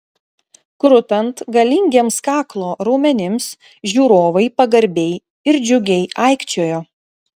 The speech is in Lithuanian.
krutant galingiems kaklo raumenims žiūrovai pagarbiai ir džiugiai aikčiojo